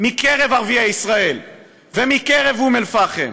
מקרב ערביי ישראל ומקרב אום אלפחם.